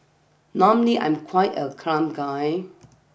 normally I'm quite a calm guy